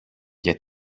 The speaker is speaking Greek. για